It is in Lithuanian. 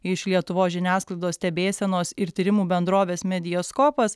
iš lietuvos žiniasklaidos stebėsenos ir tyrimų bendrovės mediaskopas